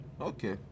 Okay